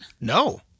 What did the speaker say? No